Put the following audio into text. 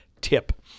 tip